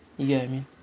you get what I mean